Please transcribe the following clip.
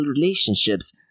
relationships